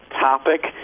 topic